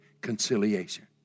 conciliation